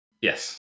Yes